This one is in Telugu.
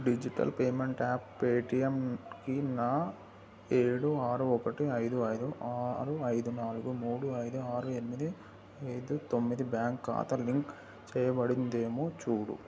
డిజిటల్ పేమెంట్ యాప్ పేటిఎమ్కి నా ఏడు ఆరు ఒకటి ఐదు ఐదు ఆరు ఐదు నాలుగు మూడు ఐదు ఆరు ఎనిమిది ఐదు తొమ్మిది బ్యాంక్ ఖాతా లింక్ చెయ్యబడిందేమో చూడు